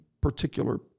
particular